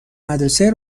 مدرسه